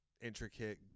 intricate